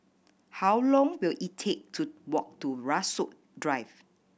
how long will it take to walk to Rasok Drive